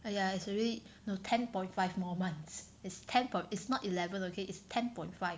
!aiya! it's already no ten point five more months it's ten it's not eleven okay is ten point five